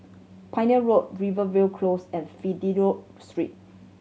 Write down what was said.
Pioneer Road Rivervale Close and Fidelio Street